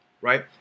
right